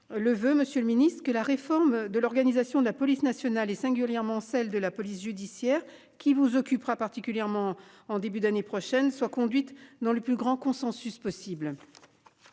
Le voeu, Monsieur le Ministre, que la réforme de l'organisation de la police nationale et singulièrement celle de la police judiciaire qui vous occupera particulièrement en début d'année prochaine soit conduite dans le plus grand consensus possible.